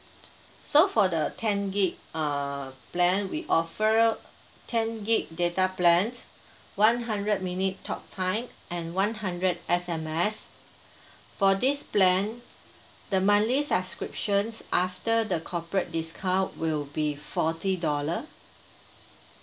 so for the ten G_B uh plan we offer ten G_B data plans one hundred minute talk time and one hundred S_M_S for this plan the monthly subscriptions after the corporate discount will be forty dollar